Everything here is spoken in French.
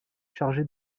chargé